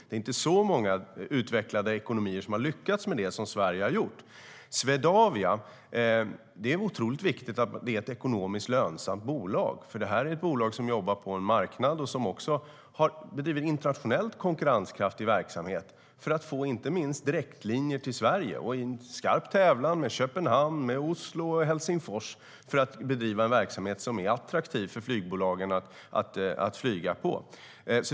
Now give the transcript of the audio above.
Det är inte så många utvecklade ekonomier som har lyckats med det som Sverige har gjort. Det är otroligt viktigt att Swedavia är ett ekonomiskt lönsamt bolag. Detta är ett bolag som jobbar på en marknad och som också bedriver en internationellt konkurrenskraftig verksamhet, inte minst för att få direktlinjer till Sverige, i en skarp tävlan med Köpenhamn, Oslo och Helsingfors för att bedriva en verksamhet som är attraktiv för flygbolagen att flyga på.